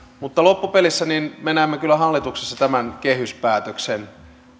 mutta loppupelissä me näemme kyllä hallituksessa tämän kehyspäätöksen